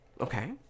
Okay